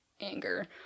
anger